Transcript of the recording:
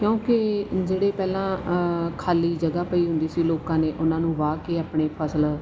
ਕਿਉਂਕਿ ਜਿਹੜੇ ਪਹਿਲਾਂ ਖਾਲੀ ਜਗ੍ਹਾ ਪਈ ਹੁੰਦੀ ਸੀ ਲੋਕਾਂ ਨੇ ਉਹਨਾਂ ਨੂੰ ਵਾਹ ਕੇ ਆਪਣੀ ਫਸਲ